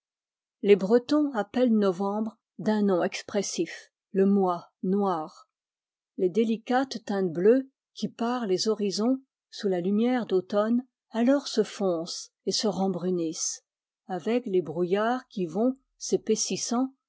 les bretons appellent novembre d'un nom expressif le mois noir les délicates teintes bleues qui parent les horizons sous la lumière d'automne alors se foncent et se rembrunissent avec les brouillards qui vont s'épaississant